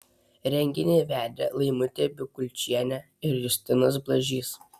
renginį vedė laimutė bikulčienė ir justinas blažys